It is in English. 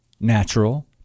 natural